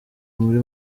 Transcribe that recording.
muri